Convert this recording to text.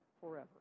forever